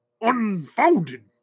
unfounded